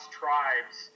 tribes